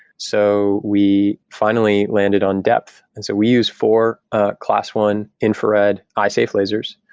so we finally landed on depth. and so we use for class one infrared eye safe lasers.